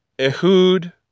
Ehud